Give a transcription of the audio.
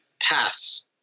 paths